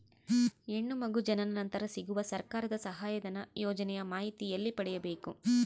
ಹೆಣ್ಣು ಮಗು ಜನನ ನಂತರ ಸಿಗುವ ಸರ್ಕಾರದ ಸಹಾಯಧನ ಯೋಜನೆ ಮಾಹಿತಿ ಎಲ್ಲಿ ಪಡೆಯಬೇಕು?